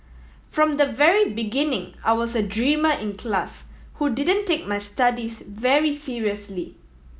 from the very beginning I was a dreamer in class who didn't take my studies very seriously